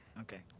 Okay